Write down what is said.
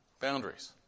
boundaries